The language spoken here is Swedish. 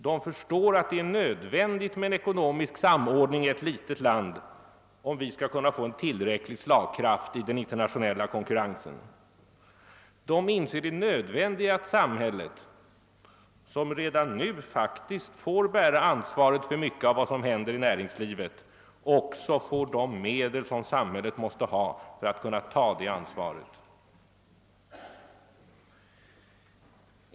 De förstår att det fordras en ekonomisk samordning i ett litet land som vårt om vi skall kunna få en tillräcklig slagkraft i den internationella konkurrensen. De inser det nödvändiga i att samhället, som redan nu faktiskt får bära ansvaret för mycket av vad som händer i näringslivet, får de medel som det behöver för att kunna ta detta ansvar.